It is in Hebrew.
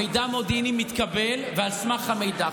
מידע מודיעיני מתקבל על סמך מידע.